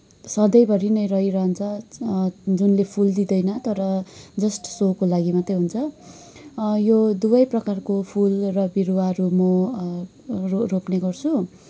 सधैँभरि नै रहिरहन्छ जुनले फुल दिँदैन तर जस्ट सोको लागि मात्रै हुन्छ यो दुवै प्रकारको फुल र बिरुवाहरू म रो रोप्ने गर्छु